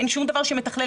אין שום דבר שמתכלל.